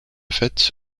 fait